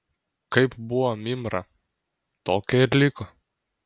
kaip buvo mymra tokia ir liko